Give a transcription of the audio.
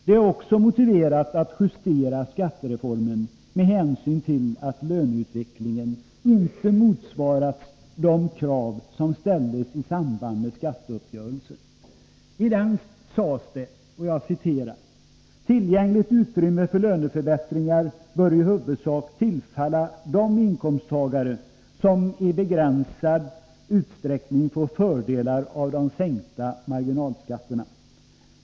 Det är också motiverat att justera skattereformen med hänsyn till att löneutvecklingen inte motsvarat de krav som ställdes i samband med skatteuppgörelsen. I den sades det: Tillgängligt utrymme för löneförbättringar bör i huvudsak tillfalla de inkomsttagare som i begränsad utsträckning får fördelar av de sänkta marginalskatterna.